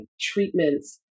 treatments